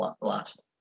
last